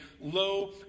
low